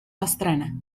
pastrana